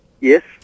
Yes